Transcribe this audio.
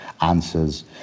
answers